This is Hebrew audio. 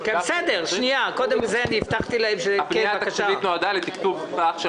קנס בכניסה לתל אביב בשעות שנדרשים להגיע לעבודה שיכול להגיע לסכומים של